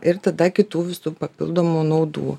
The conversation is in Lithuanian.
ir tada kitų visų papildomų naudų